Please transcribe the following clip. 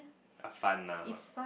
ah fun lah but